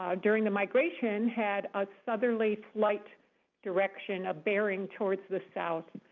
um during the migration, had a southerly flight direction, a bearing towards the south.